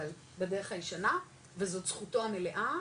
אבל בדרך הישנה וזאת זכותו המלאה,